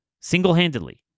single-handedly